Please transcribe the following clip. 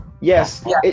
Yes